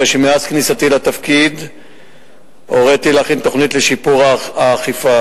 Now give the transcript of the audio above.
הרי שמאז כניסתי לתפקיד הוריתי להכין תוכנית לשיפור האכיפה,